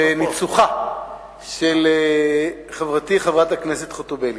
בניצוחה של חברתי חברת הכנסת חוטובלי.